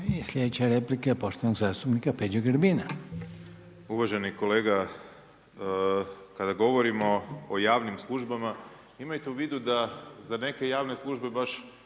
I sljedeća replika je poštovanog zastupnika Peđe Grbina. **Grbin, Peđa (SDP)** Uvaženi kolega kada govorimo o javnim službama imajte u vidu da za neke javne službe baš